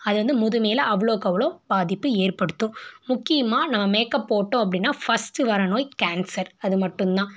அது வந்து முதுமையில் அவ்வளோக்கு அவ்வளோ பாதிப்பு ஏற்படுத்தும் முக்கியமாக நாம் மேக்கப் போட்டோம் அப்படினா ஃபர்ஸ்ட்டு வர நோய் கேன்சர் அது மட்டும்தான்